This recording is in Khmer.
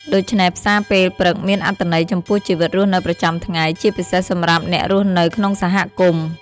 ដូច្នេះផ្សារពេលព្រឹកមានអត្ថន័យចំពោះជីវិតរស់នៅប្រចាំថ្ងៃ ជាពិសេសសម្រាប់អ្នករស់នៅក្នុងសហគមន៍។